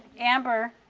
amber,